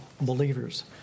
believers